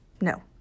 No